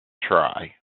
try